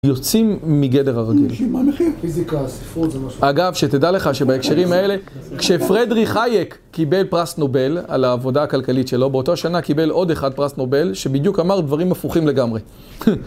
יוצאים מגדר הרגיל. אגב שתדע לך שבהקשרים האלה, כשפרדריך האייק קיבל פרס נובל על העבודה הכלכלית שלו, באותה שנה קיבל עוד אחד פרס נובל שבדיוק אמר דברים הפוכים לגמרי.